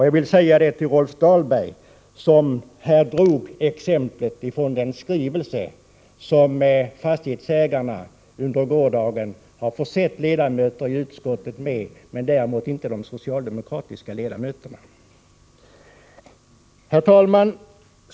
Jag vill säga detta till Rolf Dahlberg, som här drog ett exempel från den skrivelse som fastighetsägarna under gårdagen har försett de borgerliga ledamöterna i utskottet med men däremot inte de socialdemokratiska ledamöterna. Herr talman!